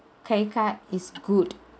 credit card is good